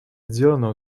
сделано